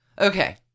Okay